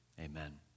Amen